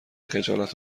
خجالت